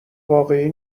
واقعی